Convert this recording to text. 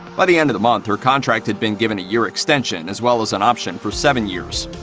by the end of the month, her contract had been given a year extension as well as an option for seven years.